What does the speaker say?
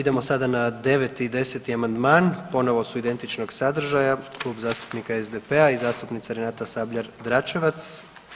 Idemo sada na 9. i 10. amandman, ponovo su identičnog sadržaja Klub zastupnika SDP-a i zastupnica Renata Sabljar-Dračevac.